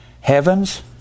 heavens